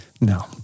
No